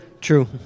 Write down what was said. True